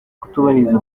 kutubahiriza